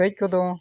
ᱠᱟᱹᱡ ᱠᱚᱫᱚ